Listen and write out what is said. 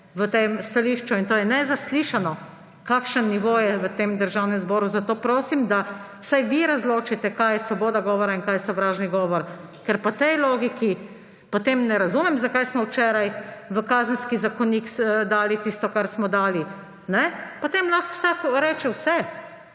v tem stališču. In to, kakšen nivo je v tem državnem zboru, je nezaslišano. Zato prosim, da vsaj vi razločite, kaj je svoboda govora in kaj je sovražni govor. Ker po tej logiki potem ne razumem, zakaj smo včeraj v Kazenski zakonik dali tisto, kar smo dali. Potem lahko vsak reče vse.